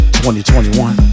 2021